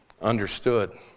understood